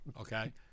Okay